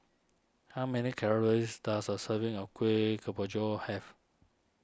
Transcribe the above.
how many calories does a serving of Kueh Kemboja have